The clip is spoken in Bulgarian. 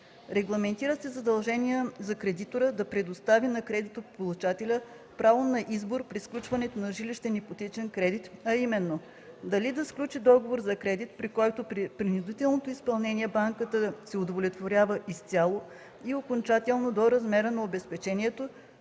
Регламентира се задължение за кредитора да предостави на кредитополучателя право на избор при сключването на жилищен ипотечен кредит, а именно: дали да сключи договор за кредит, при който при принудително изпълнение банката се удовлетворява изцяло и окончателно до размера на обезпечението